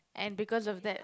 and because of that